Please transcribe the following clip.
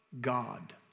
God